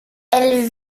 elles